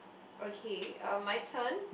okay um my turn